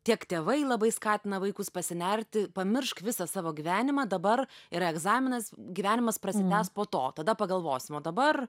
tiek tėvai labai skatina vaikus pasinerti pamiršk visą savo gyvenimą dabar yra egzaminas gyvenimas prasitęs po to tada pagalvosim o dabar